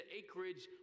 acreage